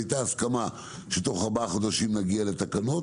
היתה הסכמה שתוך ארבעה חודשים נגיע לתקנות.